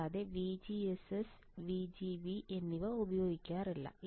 അല്ലാതെ VGSS VGB എന്നിവ ഉപയോഗിക്കാറില്ല